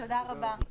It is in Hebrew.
תודה רבה.